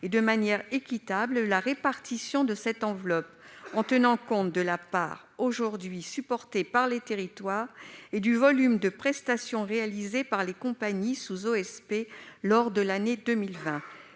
et de manière équitable, la répartition de cette enveloppe, en tenant compte de la part aujourd'hui supportée par les territoires et du volume des prestations réalisées par les compagnies sous OSP au cours de l'année 2020.